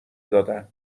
دادن